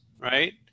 right